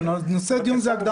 רק ביום חמישי שעבר